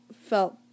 felt